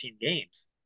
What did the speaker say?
games